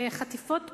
וחטיפות קורות,